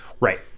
Right